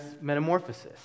metamorphosis